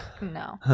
no